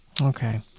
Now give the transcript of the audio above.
Okay